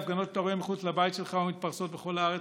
ההפגנות שאתה רואה מחוץ לבית שלך ומתפרסות בכל הארץ